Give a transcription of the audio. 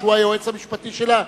שהוא היועץ המשפטי שלה,